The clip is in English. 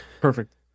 Perfect